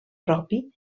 propi